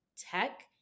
tech